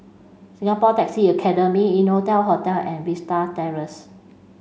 Singapore Taxi Academy Innotel Hotel and Vista Terrace